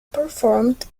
performed